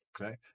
okay